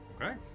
Okay